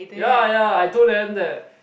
ya ya I told them that